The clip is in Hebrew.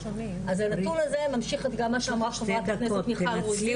אז הנתון הזה ממשיך אתמה שאמרה חברת הכנסת מיכל רוזין.